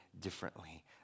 differently